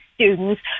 students